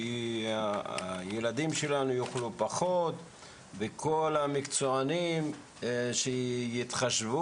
שהילדים שלנו לא יאכלו פחות וכל המקצוענים שיתחשבו